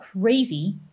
crazy